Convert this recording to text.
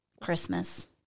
Christmas